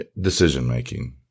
Decision-making